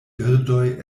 birdoj